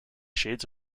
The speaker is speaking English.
shades